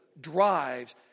drives